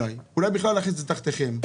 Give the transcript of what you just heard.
אולי בכלל להכניס אותם תחתכם.